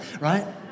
right